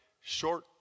Short